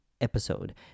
episode